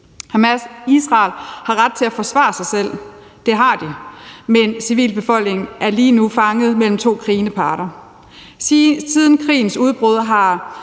livet. Israel har ret til at forsvare sig selv, men civilbefolkningen er lige nu fanget mellem to krigende partier. Siden krigens udbrud har